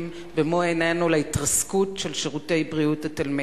במו-עינינו להתרסקות של שירותי בריאות התלמיד.